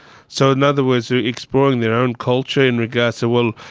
so in other words exploring their own culture in regards to, well,